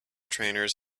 trainers